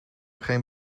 geen